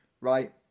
Right